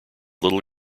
little